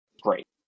great